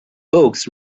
books